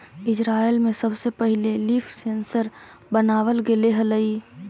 Israel में सबसे पहिले लीफ सेंसर बनाबल गेले हलई